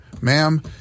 ma'am